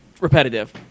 repetitive